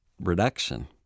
reduction